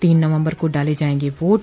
तीन नवम्बर को डाले जायेंगे वोट